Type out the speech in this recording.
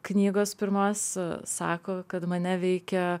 knygos pirmos sako kad mane veikia